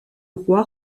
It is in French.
roi